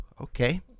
Okay